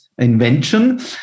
invention